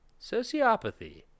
Sociopathy